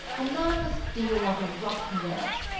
a man must deal like a rough nurse,